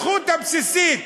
הזכות הבסיסית,